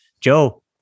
Joe